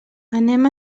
anem